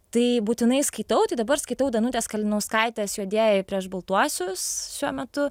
tai būtinai skaitau tai dabar skaitau danutės kalinauskaitės juodieji prieš baltuosius šiuo metu